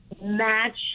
Match